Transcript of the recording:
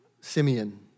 Simeon